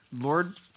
Lord